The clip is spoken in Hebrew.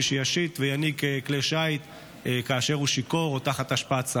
מי שישיט כלי שיט כאשר הוא שיכור או תחת השפעת סמים.